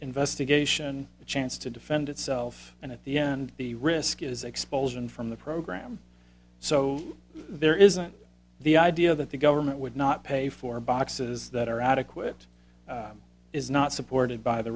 investigation a chance to defend itself and at the end the risk is expulsion from the program so there isn't the idea that the government would not pay for boxes that are adequate is not supported by the